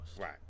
right